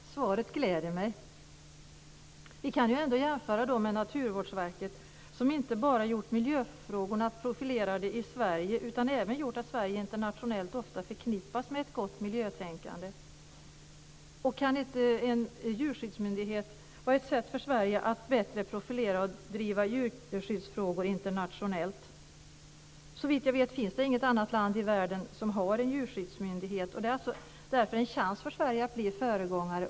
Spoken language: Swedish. Fru talman! Svaret gläder mig. Vi kan jämföra med Naturvårdsverket, som inte bara har gjort miljöfrågorna profilerade i Sverige utan även gjort att Sverige internationellt ofta förknippas med ett gott miljötänkande. Kan inte en djurskyddsmyndighet vara ett sätt för Sverige att bättre profilera sig och driva djurskyddsfrågor internationellt? Såvitt jag vet finns det inget annat land i världen som har en djurskyddsmyndighet, och det är därför en chans för Sverige att bli föregångare.